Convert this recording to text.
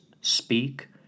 speak